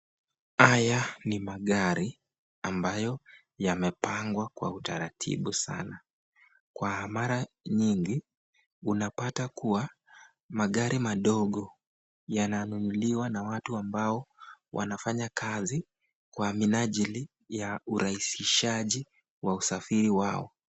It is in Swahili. Haya ni magari ambayo yamepangwa kwa utaratibu sana. Kwa mara nyingi unapata kuwa, magari madogo yananunuliwa na watu ambao wanafanya kazi kwa minajili ya urahisishaji wa usafiri wao.